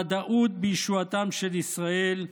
ודאות בישועתם של ישראל,